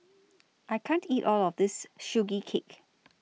I can't eat All of This Sugee Cake